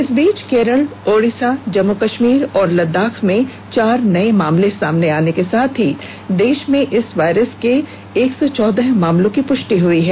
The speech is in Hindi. इस बीच केरल ओडिसा जम्मू कश्मीर और लद्दाख में चार नए मामले सामने के साथ ही देश में इस वायरस के एक सौ चौदह मामलों की पुष्टि हुई है